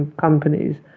companies